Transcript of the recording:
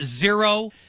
zero